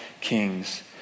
kings